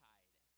Tide